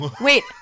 wait